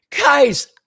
Guys